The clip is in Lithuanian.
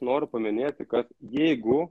noriu paminėti kad jeigu